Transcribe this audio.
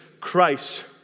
Christ